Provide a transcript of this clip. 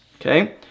okay